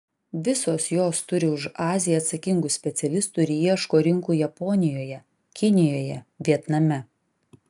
visos jos turi už aziją atsakingų specialistų ir ieško rinkų japonijoje kinijoje vietname